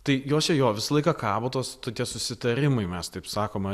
tai jos čia jo visą laiką kabo tos tokie susitarimai mes taip sakome